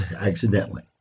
accidentally